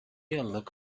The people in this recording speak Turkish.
yıllık